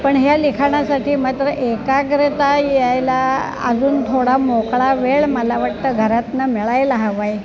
पण ह्या लिखाणासाठी मात्र एकाग्रता यायला अजून थोडा मोकळा वेळ मला वाटतं घरातून मिळायला हवा आहे